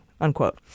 unquote